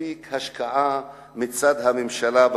מספיק השקעה מצד הממשלה.